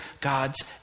gods